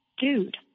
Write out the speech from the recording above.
Dude